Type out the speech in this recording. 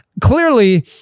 clearly